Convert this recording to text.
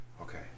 okay